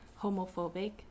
homophobic